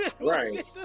Right